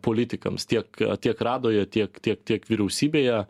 politikams tiek tiek radoje tiek tiek tiek vyriausybėje